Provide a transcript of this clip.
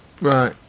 Right